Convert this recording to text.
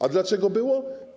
A dlaczego było?